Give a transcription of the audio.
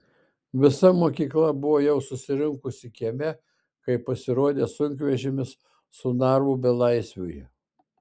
visa mokykla buvo jau susirinkusi kieme kai pasirodė sunkvežimis su narvu belaisviui